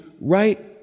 right